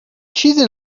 چیزی